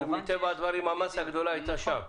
מטבע הדברים המסה הגדולה הייתה שם.